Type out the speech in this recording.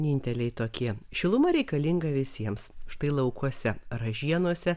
vieninteliai tokie šiluma reikalinga visiems štai laukuose ražienose